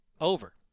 over